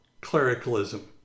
clericalism